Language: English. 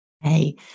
hey